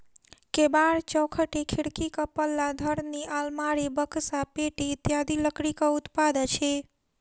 केबाड़, चौखटि, खिड़कीक पल्ला, धरनि, आलमारी, बकसा, पेटी इत्यादि लकड़ीक उत्पाद अछि